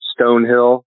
Stonehill